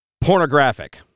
Pornographic